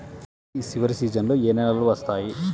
రబీ చివరి సీజన్లో ఏ నెలలు వస్తాయి?